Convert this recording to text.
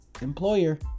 employer